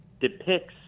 depicts